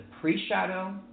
pre-shadow